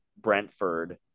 Brentford